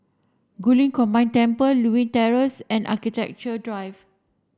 Guilin Combined Temple Lewin Terrace and Architecture Drive